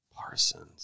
Parsons